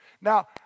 Now